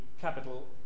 capital